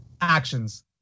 actions